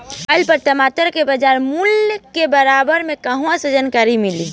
Mobile पर टमाटर के बजार मूल्य के बारे मे कहवा से जानकारी मिली?